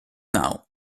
now